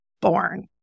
born